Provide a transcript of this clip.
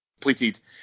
completed